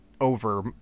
over